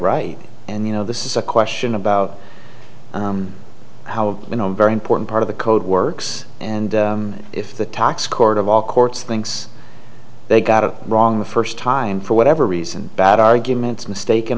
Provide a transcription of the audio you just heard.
right and you know this is a question about how you know very important part of the code works and if the tax court of all courts thinks they got it wrong the first time for whatever reason bad arguments mistaken